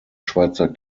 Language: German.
schweizer